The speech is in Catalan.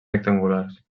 rectangulars